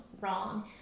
wrong